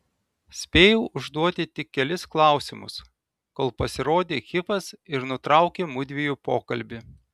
spėjau užduoti tik kelis klausimus kol pasirodė hifas ir nutraukė mudviejų pokalbį